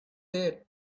there